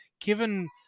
Given